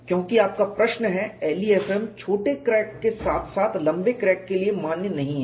क्योंकि आपका प्रश्न है LEFM छोटे क्रैक के साथ साथ लंबे क्रैक के लिए मान्य नहीं है